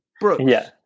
Brooks